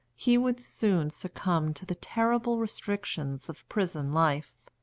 he would soon succumb to the terrible restrictions of prison life.